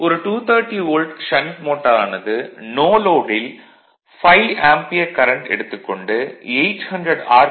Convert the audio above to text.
ஒரு 230 volt shunt மோட்டாரானது no லோடில் 5 ஆம்பியர் கரண்ட் எடுத்துக் கொண்டு 800 ஆர்